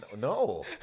No